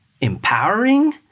empowering